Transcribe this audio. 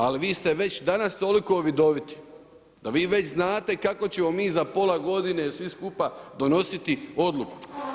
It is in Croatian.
Ali, vi ste već danas toliko vidoviti, da vi već znate kako ćemo mi za pola godine, svi skupa donositi odluku.